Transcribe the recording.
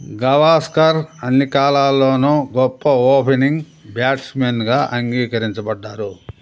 గవాస్కర్ అన్ని కాలాల్లోనూ గొప్ప ఓపెనింగ్ బ్యాట్స్మెన్గా అంగీకరించబడ్డారు